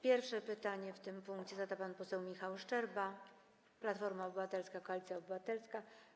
Pierwsze pytanie w tym punkcie zada pan poseł Michał Szczerba, Platforma Obywatelska - Koalicja Obywatelska.